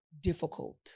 difficult